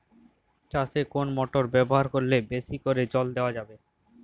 চাষে কোন মোটর ব্যবহার করলে বেশী করে জল দেওয়া যাবে?